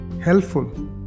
helpful